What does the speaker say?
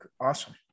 Awesome